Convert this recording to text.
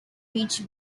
reach